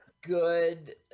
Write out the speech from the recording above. good